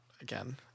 again